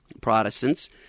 Protestants